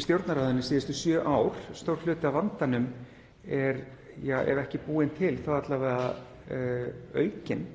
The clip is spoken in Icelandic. í Stjórnarráðinu síðustu sjö ár. Stór hluti af vandanum er búinn til, ef ekki búinn til þá alla vega aukinn,